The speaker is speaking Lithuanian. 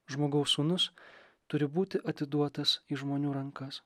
žmogaus sūnus turi būti atiduotas į žmonių rankas